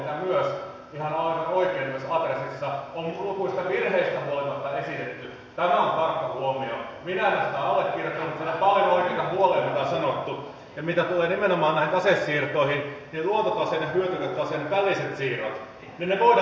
minä en sitä allekirjoittanut mutta siellä on paljon oikeita huolia kuten sanottu ja mitä tulee nimenomaan näihin tasesiirtoihin niin luontotaseiden ja hyötytaseiden väliset siirrot voidaan tehdä valtioneuvoston päätöksellä ilman eduskunnan kuulemista ja se on meidän mielestämme se kalteva pinta ja aihe mistä on ihan syytäkin olla huolestunut